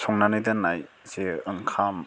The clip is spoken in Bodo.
संनानै दोन्नाय जे ओंखाम